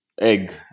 egg